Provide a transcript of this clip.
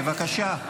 בבקשה.